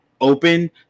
open